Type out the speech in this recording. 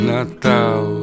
Natal